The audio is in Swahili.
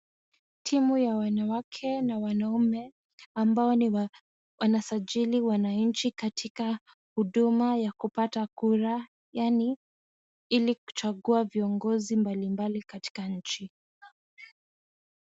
Timu ya wanawake na wanaume ambao ni wanasajili wananchi katika huduma ya kupata kura yani ili kuchagua viongozi mbali mbali katika nchi.